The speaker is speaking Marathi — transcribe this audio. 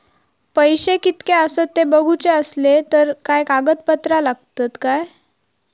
पैशे कीतके आसत ते बघुचे असले तर काय कागद पत्रा लागतात काय?